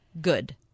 good